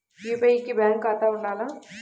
UPI కి bank ఖాతా ఉండాల?